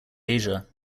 asia